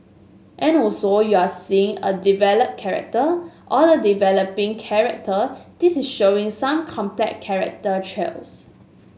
and also you're seeing a developed character or a developing character this is showing some complex character traits